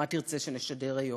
מה תרצה שנשדר היום,